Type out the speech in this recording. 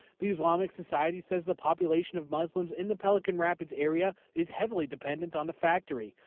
the islamic society says the population of muslims in the pelican rapids area is heavily dependent on the factory.